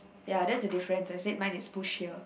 ya that's difference i said mine is push here